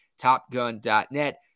TopGun.net